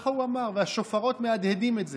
ככה הוא אמר, והשופרות מהדהדים את זה,